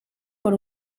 por